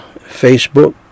Facebook